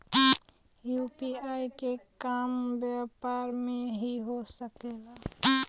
UPI के काम व्यापार में भी हो सके ला?